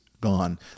gone